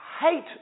hate